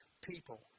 people